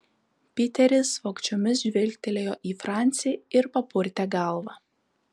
piteris vogčiomis žvilgtelėjo į francį ir papurtė galvą